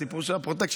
הסיפור של הפרוטקשן,